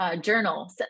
journal